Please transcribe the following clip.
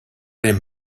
dem